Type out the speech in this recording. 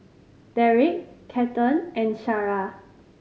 Darrick Kathern and Shara